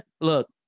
Look